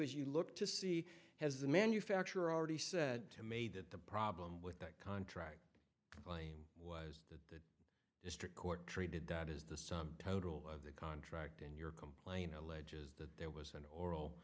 is you look to see has the manufacturer already said to me that the problem with that contract claim was that the district court treated that is the sum total of the contract and your complaint alleges that there was an oral